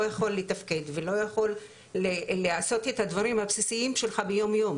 יכול לתפקד ולא יכול לעשות את הדברים הבסיסיים שלך ביום-יום,